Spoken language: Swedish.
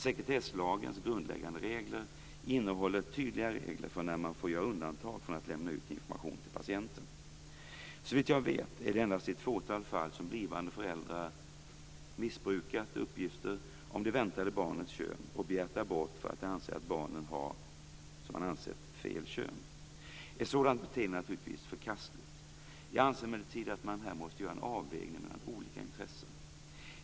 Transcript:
Sekretsslagens grundläggande regler innehåller tydliga regler för när man får göra undantag från att lämna ut information till patienten. Såvitt jag vet är det endast i ett fåtal fall som blivande föräldrar missbrukat uppgifter om det väntade barnets kön och begärt abort för att de anser att barnet har fel kön. Ett sådant beteende är naturligtvis förkastligt. Jag anser emellertid att man här måste göra en avvägning mellan olika intressen.